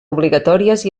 obligatòries